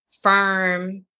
firm